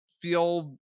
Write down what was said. feel